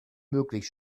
möglich